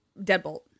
deadbolt